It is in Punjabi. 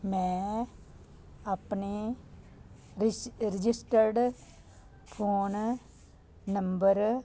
ਮੈਂ ਆਪਣੇ ਰਜਿ ਰਜਿਸਟਰਡ ਫ਼ੋਨ ਨੰਬਰ